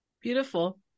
Beautiful